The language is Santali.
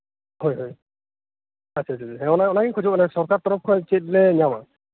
ᱦᱳᱭ ᱦᱳᱭ ᱟᱪᱷᱟ ᱟᱪᱷᱟ ᱵᱮᱥ ᱚᱱᱟᱜᱤᱧ ᱠᱷᱚᱡᱚᱜ ᱠᱟᱱᱟ ᱥᱚᱨᱠᱟᱨ ᱛᱚᱨᱚᱯᱷ ᱠᱷᱚᱡ ᱪᱮᱫᱞᱮ ᱧᱟᱢᱟ